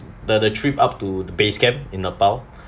the the trip up to the base camp in nepal